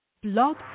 Blog